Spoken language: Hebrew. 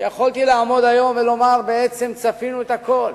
שיכולתי לעמוד היום ולומר: צפינו הכול,